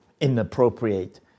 inappropriate